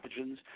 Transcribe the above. pathogens